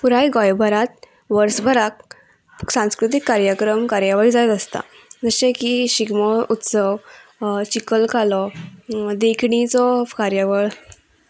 पुराय गोंयभरांत वर्सभराक सांस्कृतीक कार्यक्रम कार्यावळी जायत आसता जशें की शिगमो उत्सव चिकल कालो देखणीचो कार्यावळ